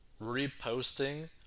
reposting